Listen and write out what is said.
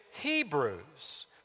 Hebrews